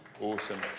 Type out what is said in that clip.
Awesome